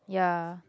ya